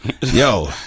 yo